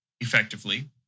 effectively